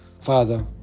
Father